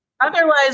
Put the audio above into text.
otherwise